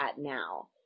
now